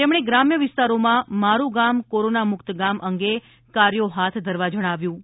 તેમણે ગ્રામ્ય વિસ્તારોમાં મારુ ગામ કોરોના મુક્ત ગામ અંગે કાર્યો હાથ ધરવા જણાવ્યુ હતું